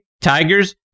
Tigers